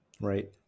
right